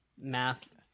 math